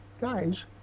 guys